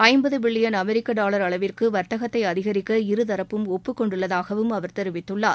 ஜம்பது billion அமெரிக்க dollar அளவிற்கு வர்த்தகத்தை அதிகரிக்க இருதரப்பும் ஒப்புக் கொண்டுள்ளதாகவும் அவர் தெரிவித்துள்ளார்